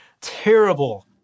terrible